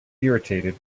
irritated